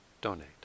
donate